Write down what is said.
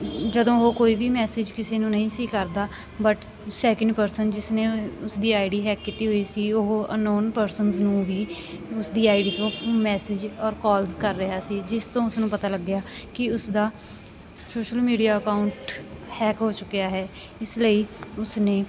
ਜਦੋਂ ਉਹ ਕੋਈ ਵੀ ਮੈਸੇਜ ਕਿਸੇ ਨੂੰ ਨਹੀਂ ਸੀ ਕਰਦਾ ਬਟ ਸੈਕਿੰਡ ਪਰਸਨ ਜਿਸ ਨੇ ਉਸਦੀ ਆਈ ਡੀ ਹੈਕ ਕੀਤੀ ਹੋਈ ਸੀ ਉਹ ਅਨੋਨ ਪਰਸਨਸ ਨੂੰ ਵੀ ਉਸਦੀ ਆਈ ਡੀ ਤੋਂ ਮੈਸੇਜ ਔਰ ਕਾਲਸ ਕਰ ਰਿਹਾ ਸੀ ਜਿਸ ਤੋਂ ਉਸਨੂੰ ਪਤਾ ਲੱਗਿਆ ਕਿ ਉਸਦਾ ਸੋਸ਼ਲ ਮੀਡੀਆ ਅਕਾਊਂਟ ਹੈਕ ਹੋ ਚੁੱਕਿਆ ਹੈ ਇਸ ਲਈ ਉਸਨੇ